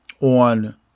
on